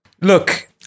Look-